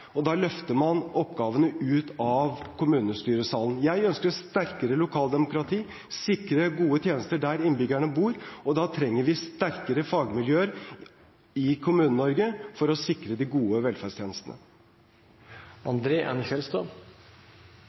og da løfter man oppgavene ut av kommunestyresalen. Jeg ønsker et sterkere lokaldemokrati, sikre og gode tjenester der innbyggerne bor, og da trenger vi sterkere fagmiljøer i Kommune-Norge for å sikre de gode velferdstjenestene.